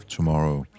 Tomorrow